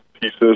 pieces